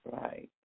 right